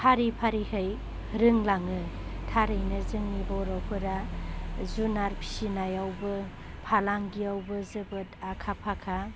फारि फारियै रोंलाङो थारैनो जोंनि बर'फोरा जुनार फिसिनायावबो फालांगिआवबो जोबोर आखा फाखा